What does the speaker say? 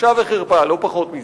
בושה וחרפה, לא פחות מזה.